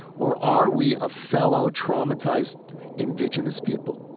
or are we a fellow traumatized indigenous people